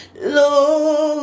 Lord